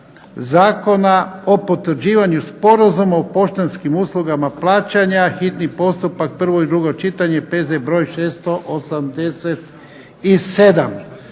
Zakona o potvrđivanju Sporazuma o poštanskim uslugama plaćanja, hitni postupak, P.Z. br. 687.